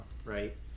Right